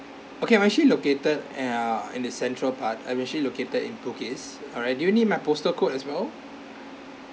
okay I'm actually located ah in the central part I'm actually located in bugis alright do you need my postal code as well